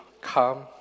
come